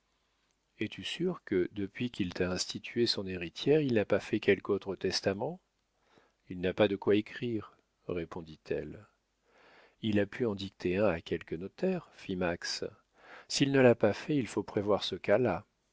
es-tu sûre que depuis qu'il t'a instituée son héritière il n'a pas fait quelque autre testament il n'a pas de quoi écrire répondit-elle il a pu en dicter un à quelque notaire fit max s'il ne l'a pas fait il faut prévoir ce cas-là